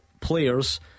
players